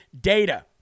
data